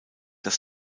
das